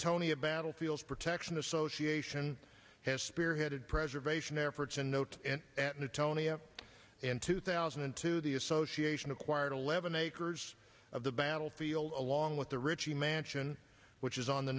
newtonian battlefield protection association has spearheaded preservation efforts and note that newtonian in two thousand and two the association acquired eleven acres of the battlefield along with the ritchie mansion which is on the